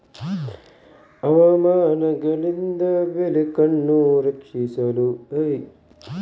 ಕಡಿಮೆ ಅಥವಾ ಹೆಚ್ಚು ಹವಾಮಾನಗಳಿಂದ ಬೆಳೆಗಳನ್ನು ರಕ್ಷಿಸಲು ವಹಿಸಬೇಕಾದ ಜಾಗರೂಕತೆಗಳು ಯಾವುವು?